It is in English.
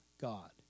God